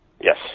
Yes